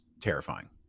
terrifying